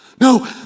No